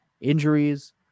Injuries